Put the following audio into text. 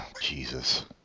Jesus